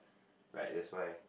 right that's why